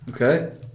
Okay